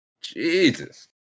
Jesus